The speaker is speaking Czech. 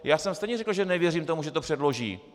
Já jsem stejně řekl, že nevěřím tomu, že to předloží.